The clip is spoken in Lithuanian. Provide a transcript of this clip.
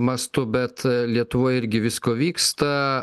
mastu bet lietuvoj irgi visko vyksta